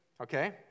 Okay